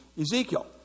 Ezekiel